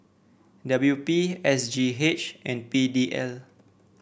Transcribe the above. W P S G H and P D L